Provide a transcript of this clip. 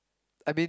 I mean